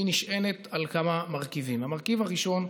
היא נשענת על כמה מרכיבים: המרכיב הראשון,